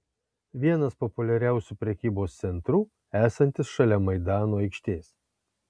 vienas populiariausių prekybos centrų esantis šalia maidano aikštės